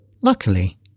Luckily